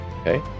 Okay